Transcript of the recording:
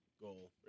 goal